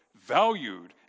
valued